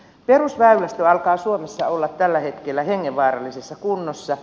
perusväylästö alkaa suomessa olla tällä hetkellä hengenvaarallisessa kunnossa